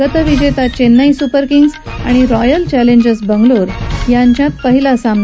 गतविजेता चेन्नई सुपरकिंग्ज आणि royal challengers Bangalore यांच्यात पहिला सामना